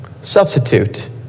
substitute